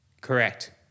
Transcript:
Correct